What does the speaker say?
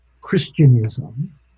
Christianism